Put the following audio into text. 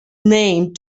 name